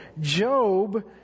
Job